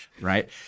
right